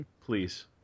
please